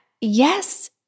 yes